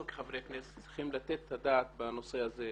כחברי כנסת צריכים לתת את הדעת בנושא הזה.